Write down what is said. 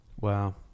Wow